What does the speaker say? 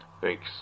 Thanks